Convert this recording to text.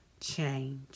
change